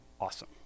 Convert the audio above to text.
awesome